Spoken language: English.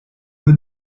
who